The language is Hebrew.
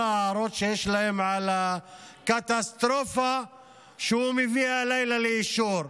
ההערות שיש להם על הקטסטרופה שהוא מביא הלילה לאישור?